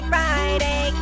Friday